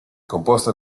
composta